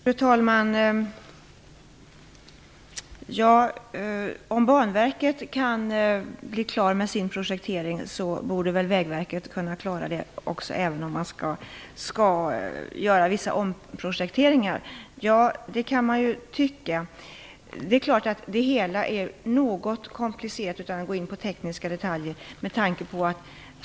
Fru talman! Om Banverket kan bli klar med sin projektering så borde väl Vägverket också kunna klara det, även om man skall göra vissa omprojekteringar, säger Hans Stenberg. Ja, det kan man ju tycka. Det är klart att det hela är något komplicerat - jag vill nämna det utan att gå in på tekniska detaljer.